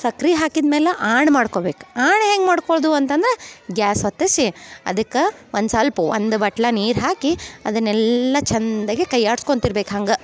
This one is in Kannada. ಸಕ್ರಿ ಹಾಕಿದ ಮೇಲೆ ಹಣ್ಣ್ ಮಾಡ್ಕೊಬೇಕು ಹಣ್ಣ್ ಹೆಂಗೆ ಮಾಡ್ಕೊಳೋದು ಅಂತಂದ್ರ ಗ್ಯಾಸ್ ಹೊತ್ತಿಸಿ ಅದಕ್ಕೆ ಒಂದು ಸಲ್ಪ ಒಂದು ಬಟ್ಟಲ ನೀರು ಹಾಕಿ ಅದನ್ನೆಲ್ಲ ಚಂದಗೆ ಕೈ ಆಡ್ಸ್ಕೊಳ್ತಾ ಇರ್ಬೇಕು ಹಂಗೆ